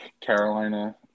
Carolina